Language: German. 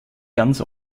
ganz